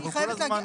אני חייבת להגיד,